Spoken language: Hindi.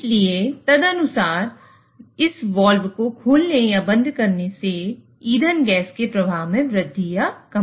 इसलिए तदनुसार यह वाल्व को खोलने या बंद करने से ईंधन गैस के प्रवाह में वृद्धि या कमी करेगा